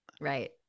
Right